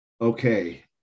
okay